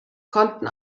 konnten